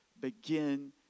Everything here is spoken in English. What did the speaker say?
begin